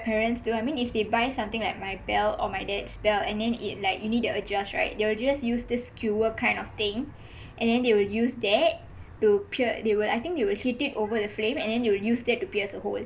my parents do I mean if they buy something like my belt or my dad's belt and then it like you need to like adjust right they will just use the kind of thing and then they will use that to pier~ they will I think they will hit it over the flame and then they will use that to pierce a hole